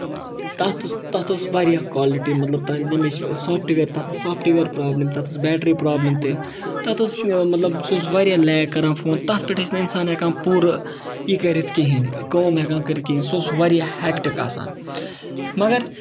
تَتھ تَتھ اوس واریاہ کولٹی مطلب تمِچ سوفٹوِیر پروبلِم تَتھ ٲس سوفٹوِیَر پروبلِم تتھ ٲس بیٹری پروبلِم تہِ تَتھ ٲس مطلب سُہ اوس واریاہ لیگ کران فون تَتھ پٮ۪ٹھ ٲسۍ نہٕ اِنسان ہٮ۪کان پوٗرٕ یہِ کٔرِتھ کِہینۍ نہٕ کٲم ہٮ۪کان کٔرِتہ کِہینۍ نہٕ سُہ اوس واریاہ ہٮ۪کٹِک آسان مَگر